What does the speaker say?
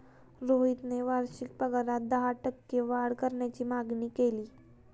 रोहितने वार्षिक पगारात दहा टक्के वाढ करण्याची मागणी केली